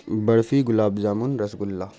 برفی گلاب جامن رس گلہ